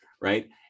right